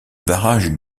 barrage